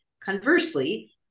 conversely